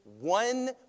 one